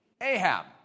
Ahab